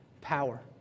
power